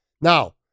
Now